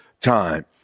time